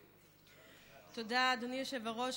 תודה, אדוני היושב-ראש.